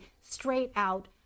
straight-out